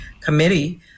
committee